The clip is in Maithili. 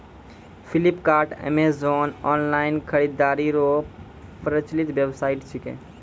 फ्लिपकार्ट अमेजॉन ऑनलाइन खरीदारी रो प्रचलित वेबसाइट छिकै